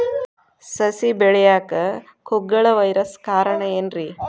ಸಸಿ ಬೆಳೆಯಾಕ ಕುಗ್ಗಳ ವೈರಸ್ ಕಾರಣ ಏನ್ರಿ?